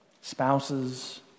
spouses